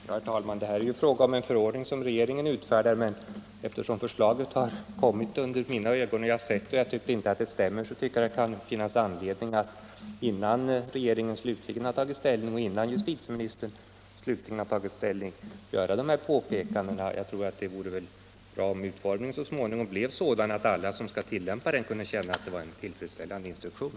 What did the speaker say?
Herr talman! Det är fråga om en förordning som regeringen utfärdar. Men eftersom förslaget har kommit under mina ögon och jag har funnit att det inte stämmer med vad riksdagen beslutat, tycker jag att det kan finnas anledning att göra dessa påpekanden innan regeringen och justitieministern slutgiltigt har tagit ställning. Det är nämligen av stor vikt om utformningen så småningom kunde bli sådan att alla som skall tilllämpa instruktionen kan känna tillfredsställelse med den.